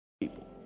people